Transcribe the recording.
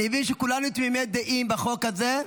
אני מבין שכולנו תמימי דעים בחוק הזה,